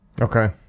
Okay